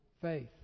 faith